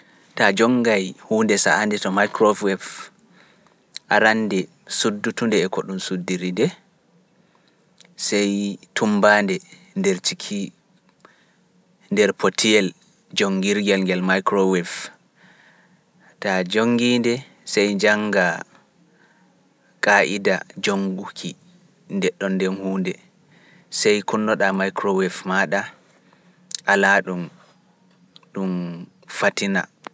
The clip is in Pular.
Ta a jonngay huunde sa'aande to microwave, arannde suddutunde e ko ɗum suddiri-nde, sey tummbaa-nde nder ciki, nder fotiyel jonngirgel ngel microwave, ta a jonngii-nde sey njanngaa ƙaa'ida jonnguki ndenɗon nden huunde, sey kunno-ɗaa microwave maaɗa alaa-ɗum, ɗum fatina.